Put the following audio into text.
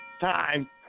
Time